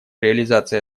реализация